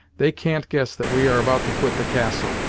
they can't guess that we are about to quit the castle,